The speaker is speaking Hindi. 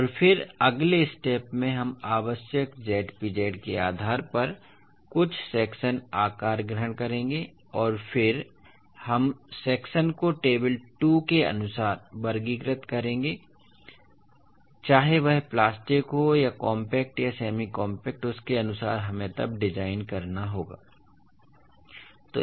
और फिर अगले स्टेप में हम आवश्यक Zpz के आधार पर कुछ सेक्शन आकार ग्रहण करेंगे और फिर हम सेक्शन को टेबल 2 के अनुसार वर्गीकृत करते हैं चाहे वह प्लास्टिक हो या कॉम्पैक्ट या सेमी कॉम्पैक्ट उसके अनुसार हमें तब डिज़ाइन करना होगा ठीक है